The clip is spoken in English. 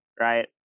right